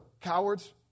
cowards